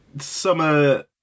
summer